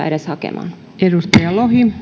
edes ryhtyä hakemaan